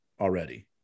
already